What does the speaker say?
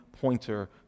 pointer